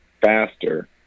faster